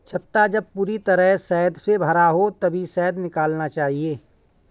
छत्ता जब पूरी तरह शहद से भरा हो तभी शहद निकालना चाहिए